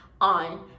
on